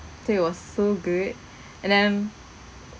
so it was so good and then